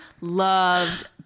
loved